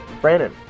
Brandon